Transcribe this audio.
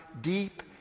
deep